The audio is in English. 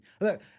Look